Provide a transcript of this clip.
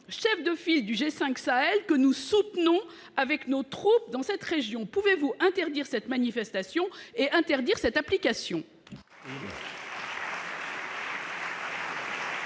chef de file du G5 Sahel, que nous soutenons avec nos troupes dans cette région ? Pouvez-vous faire interdire cette manifestation et cette application ?